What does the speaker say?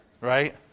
right